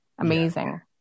amazing